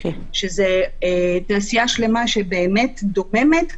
שזה תעשייה שלמה שדוממת,